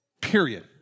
Period